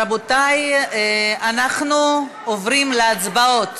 רבותי, אנחנו עוברים להצבעות.